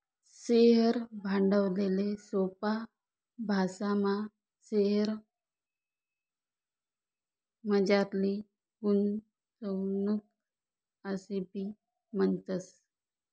share भांडवलले सोपा भाशामा शेअरमझारली गुंतवणूक आशेबी म्हणतस